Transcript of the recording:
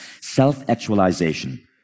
Self-actualization